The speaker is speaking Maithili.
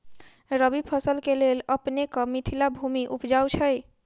रबी फसल केँ लेल अपनेक मिथिला भूमि उपजाउ छै